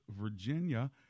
virginia